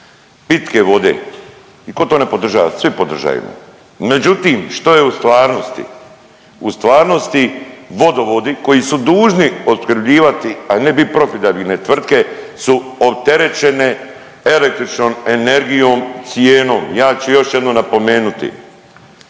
pitke vode i ko to ne podržava, svi podržajemo, međutim što je u stvarnosti? U stvarnosti vodovodi koji su dužni opskrbljivati, a ne bit profitabilne tvrtke, su opterećene električnom energijom, cijenom. Ja ću još jednom napomenuti,